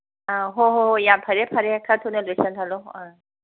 ꯑꯧ ꯍꯣꯏ ꯍꯣꯏ ꯌꯥꯝ ꯐꯔꯦ ꯐꯔꯦ ꯈ ꯊꯨꯅ ꯂꯣꯏꯁꯜꯍꯜꯂꯣ ꯑ